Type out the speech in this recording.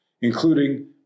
including